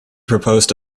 proposed